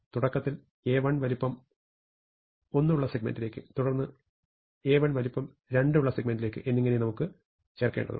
തുടക്കത്തിൽ A1 വലിപ്പം 1 ഉള്ള സെഗ്മെന്റിലേക്ക് തുടർന്ന് A1 വലിപ്പം 2 ഉള്ള സെഗ്മെന്റിലേക്ക് എന്നിങ്ങനെ നമുക്കു ചേർക്കേണ്ടതുണ്ട്